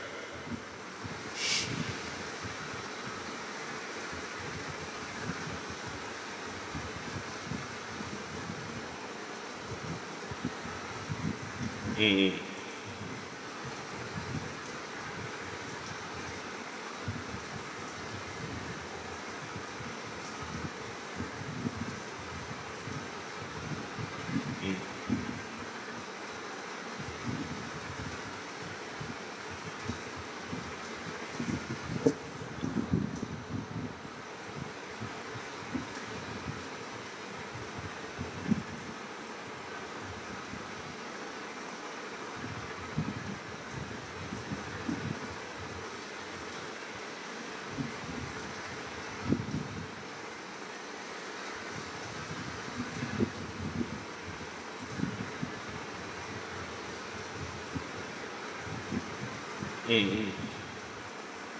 mm mmhmm